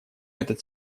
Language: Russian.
этот